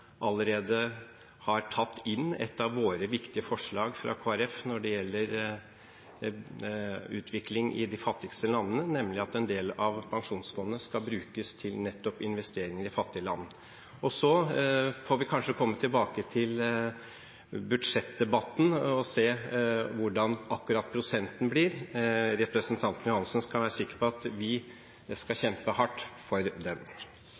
allerede har tatt inn et av våre viktige forslag når det gjelder utvikling i de fattigste landene, nemlig at en del av pensjonsfondet skal brukes til nettopp investeringer i fattige land. Så får vi komme tilbake til budsjettdebatten og se akkurat hva prosentsatsen blir. Representanten Johansen kan være sikker på at vi skal kjempe hardt for den.